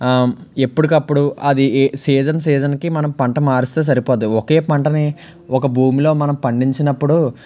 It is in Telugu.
ఎప్పుడుకప్పుడు అది సీజన్ సీజన్కి మనం పంట మారిస్తే సరిపోద్ది ఒకే పంటని ఒక భూమిలో మనం పండించినప్పుడు